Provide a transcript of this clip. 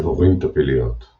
דבורים טפיליות –